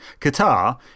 Qatar